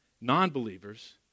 Non-believers